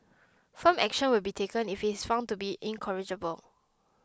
firm action will be taken if he is found to be incorrigible